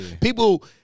People